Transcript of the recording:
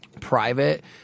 private